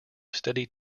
steady